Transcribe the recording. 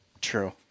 True